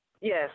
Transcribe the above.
Yes